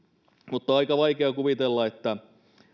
mutta aika vaikea kuvitella että